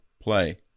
Play